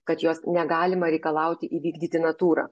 kad jos negalima reikalauti įvykdyti natūra